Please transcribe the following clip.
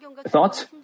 thoughts